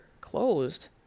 closed